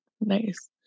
Nice